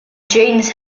jeans